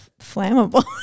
flammable